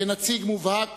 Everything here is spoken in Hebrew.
כנציג מובהק